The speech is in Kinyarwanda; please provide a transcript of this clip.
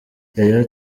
yaya